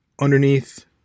underneath